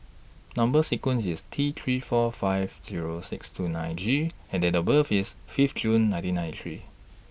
Number sequence IS T three four five Zero six two nine G and Date of birth IS Fifth June nineteen ninety three